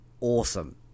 awesome